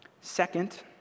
Second